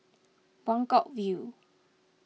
Buangkok View